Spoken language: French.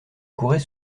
courait